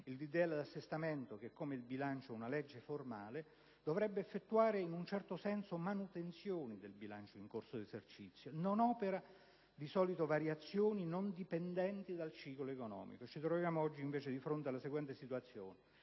legge di assestamento, che è come il bilancio una legge formale, dovrebbe effettuare in un certo senso manutenzioni del bilancio in corso d'esercizio; di solito non opera variazioni non dipendenti dal ciclo economico. Oggi, invece, ci troviamo di fronte alla seguente situazione: